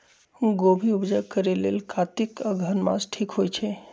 गोभि उपजा करेलेल कातिक अगहन मास ठीक होई छै